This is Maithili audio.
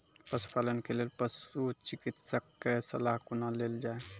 पशुपालन के लेल पशुचिकित्शक कऽ सलाह कुना लेल जाय?